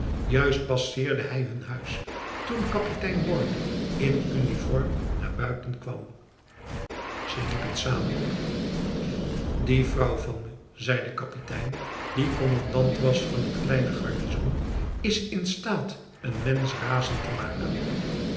juist passeerde hij hun huis toen kapitein borne in uniform naar buiten kwam ze liepen samen op die vrouw van me zei de kapitein die commandant was van het kleine garnizoen is in staat n mens razend te makenf